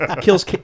kills